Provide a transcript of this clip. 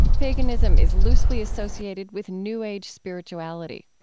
paganism is loosely associated with new age spirituality.